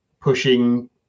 pushing